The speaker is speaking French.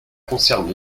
concerne